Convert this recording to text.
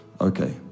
Okay